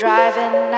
Driving